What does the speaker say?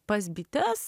pas bites